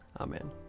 Amen